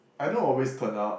I don't always turn up